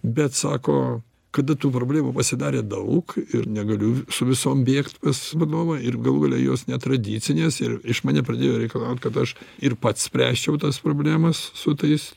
bet sako kada tų problemų pasidarė daug ir negaliu su visom bėgt pas vadovą ir galų gale jos netradicinės ir reiškia mane pradėjo reikalaut kad aš ir pats spręsčiau tas problemas su tais